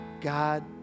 God